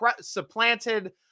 Supplanted